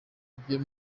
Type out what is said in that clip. ibyo